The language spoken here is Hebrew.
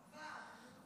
ועד.